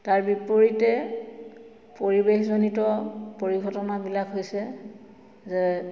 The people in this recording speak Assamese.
তাৰ বিপৰীতে পৰিৱেশজনিত পৰিঘটনাবিলাক হৈছে যে